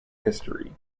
history